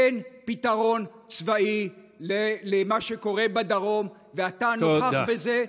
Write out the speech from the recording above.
אין פתרון צבאי למה שקורה בדרום, ואתה נוכח בזה.